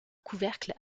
couvercle